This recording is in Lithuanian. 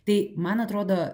tai man atrodo